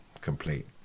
complete